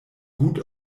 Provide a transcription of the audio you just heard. gut